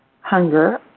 hunger